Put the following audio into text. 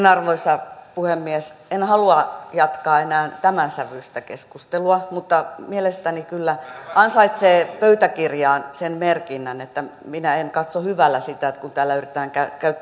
arvoisa puhemies en halua jatkaa enää tämän sävyistä keskustelua mutta mielestäni kyllä se ansaitsee pöytäkirjaan merkinnän että minä en katso hyvällä sitä että kun täällä yritetään